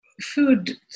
food